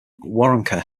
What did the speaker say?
waronker